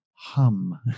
hum